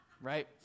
Right